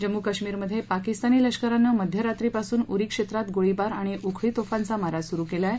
जम्मू कश्मीरमधे पाकिस्तानी लष्करानं मध्यरात्रीपासून उरी क्षेत्रात गोळीबार अणि उखळी तोफांचा मारा सुरु केला आहे